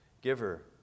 giver